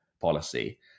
policy